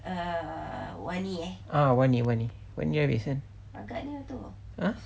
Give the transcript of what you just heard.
err wani eh ah wani wani habis kan !huh!